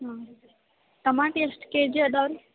ಹಾಂ ಟಮಾಟ್ ಎಷ್ಟು ಕೆ ಜಿ ಅದಾವು ರೀ